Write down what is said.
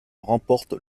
remporte